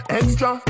extra